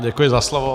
Děkuji za slovo.